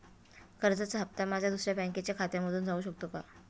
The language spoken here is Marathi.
कर्जाचा हप्ता माझ्या दुसऱ्या बँकेच्या खात्यामधून जाऊ शकतो का?